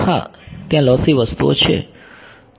હા ત્યાં લોસી વસ્તુઓ છે